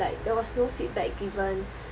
like there was no feedback given